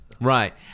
right